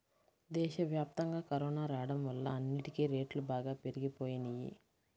దేశవ్యాప్తంగా కరోనా రాడం వల్ల అన్నిటికీ రేట్లు బాగా పెరిగిపోయినియ్యి